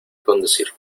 conducir